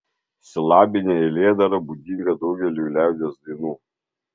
silabinė eilėdara būdinga daugeliui liaudies dainų